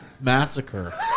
massacre